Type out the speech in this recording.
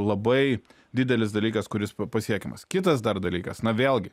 labai didelis dalykas kuris pasiekiamas kitas dar dalykas na vėlgi